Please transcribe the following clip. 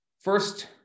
first